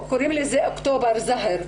קוראים לזה אוקטובר זוהר,